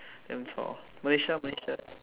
damn chor Malaysia ah Malaysia